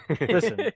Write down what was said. Listen